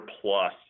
plus